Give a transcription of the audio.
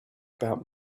about